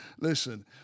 listen